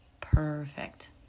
Perfect